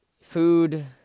Food